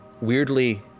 weirdly